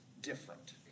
different